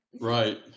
Right